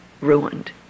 ruined